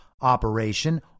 operation